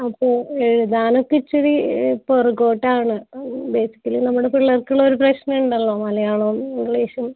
അപ്പോൾ എഴുതാനൊക്കെ ഇത്തിരി പുറകോട്ടാണ് ബേസിക്കലി നമ്മുടെ പിള്ളേർക്ക് ഉള്ളൊരു പ്രശ്നം ഉണ്ടല്ലോ മലയാളവും ഇംഗ്ലീഷും